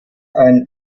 ein